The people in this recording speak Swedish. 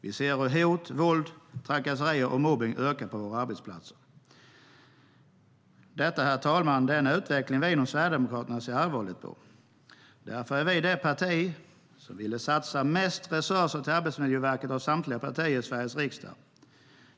Vi ser hur hot, våld, trakasserier och mobbning ökar på våra arbetsplatser. Detta, herr talman, är en utveckling som vi inom Sverigedemokraterna ser allvarligt på. Därför är vi det parti som vill satsa mest resurser på Arbetsmiljöverket av samtliga partier i Sveriges riksdag.